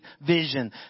vision